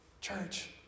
Church